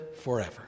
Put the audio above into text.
forever